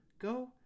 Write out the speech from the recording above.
go